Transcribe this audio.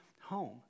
home